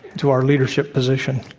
to our leadership position.